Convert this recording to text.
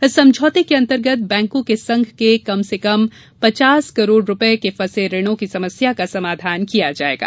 इस समझौते के अंतर्गत बैंकों के संघ के कम से कम पचास करोड़ रूपए के फंसे ऋणों की समस्या का समाधान किया जाएगा